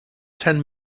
ten